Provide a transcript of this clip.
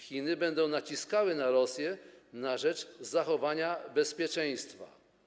Chiny będą naciskały na Rosję na rzecz zachowania bezpieczeństwa.